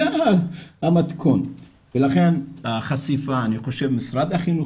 זה המתכון ולכן החשיפה אני חושב משרד החינוך